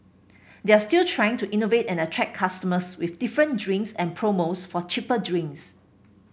they're still trying to innovate and attract customers with different drinks and promos for cheaper drinks